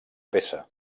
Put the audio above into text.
peça